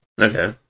Okay